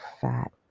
fat